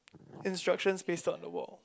instructions pasted on the wall